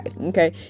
Okay